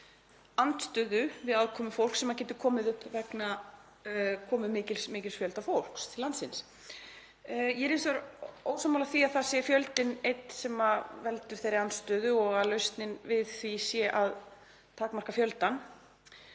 andstöðu við aðkomufólk sem getur komið upp vegna komu mikils fjölda fólks til landsins. Ég er hins vegar ósammála því að það sé fjöldinn einn sem veldur þeirri andstöðu og að lausnin við því sé að takmarka fjöldann.